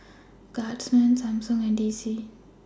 Guardsman Samsung and D C